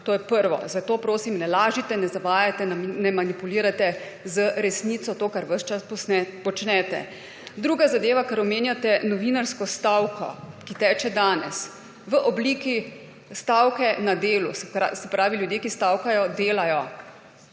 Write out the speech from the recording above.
To je prvo. Zato prosim, ne lažite, ne zavajajte, ne manipulirajte z resnico, to, kar ves čas počnete. Druga zadeva, ker omenjate novinarsko stavko, ki teče danes v obliki stavke na delu. Se pravi, ljudje, ki stavkajo, delajo.